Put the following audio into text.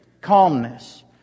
calmness